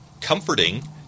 comforting